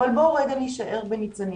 אבל בואו נישאר רגע בניצנים